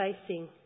facing